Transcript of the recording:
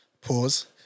Pause